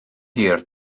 hir